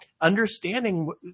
understanding